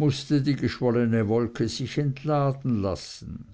mußte die geschwollene wolke sich entladen lassen